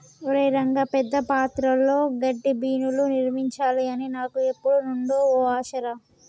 ఒరై రంగ పెద్ద ప్రాంతాల్లో గడ్డిబీనులు నిర్మించాలి అని నాకు ఎప్పుడు నుండో ఓ ఆశ రా